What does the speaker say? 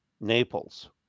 naples